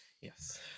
Yes